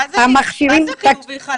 מה זה "חיובי חלש"?